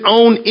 own